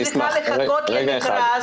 למה אני צריכה לחכות למכרז